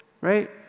right